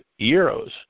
euros